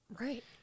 Right